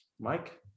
Mike